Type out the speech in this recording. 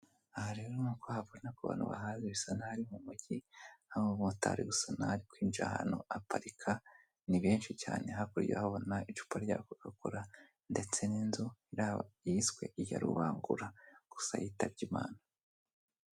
Aha rero nk'uko uhabona ku bantu bahazi bisa n'aho ari mumugi, aho umumotari ari gusa naho ari kwinjira ahantu aparika, ni benshi cyane hakurya urahabona icupa rya kokakola, ndetse n'inzu yiswe iya rubangura gusa yitabye Imana.